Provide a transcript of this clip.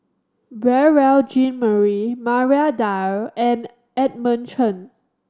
Beurel Jean Marie Maria Dyer and Edmund Chen